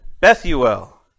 Bethuel